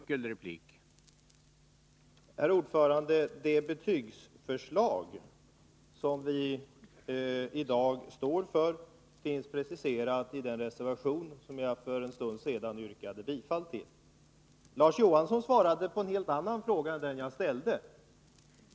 Herr talman! Det betygsförslag som vi i dag står för finns preciserat i den reservation som jag för en stund sedan yrkade bifall till. Larz Johansson svarade på en helt annan fråga än den jag ställde.